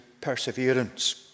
perseverance